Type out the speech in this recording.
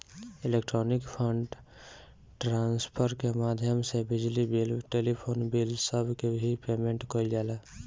electronic fund transfer के माध्यम से बिजली बिल टेलीफोन बिल सब के भी पेमेंट कईल जाला